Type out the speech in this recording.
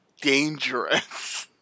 dangerous